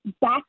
back